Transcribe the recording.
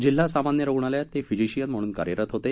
जिल्हा सामान्य रूग्णालयात ते फिजिशियन म्हणून कार्यरत होते